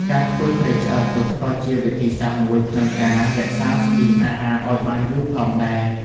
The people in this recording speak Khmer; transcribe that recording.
ការធ្វើត្រីឆ្អើរទុកក៏ជាវិធីសាស្ត្រមួយក្នុងការរក្សាស្បៀងអាហារឱ្យបានយូរផងដែរ។